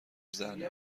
زنه